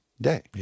day